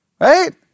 right